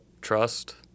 trust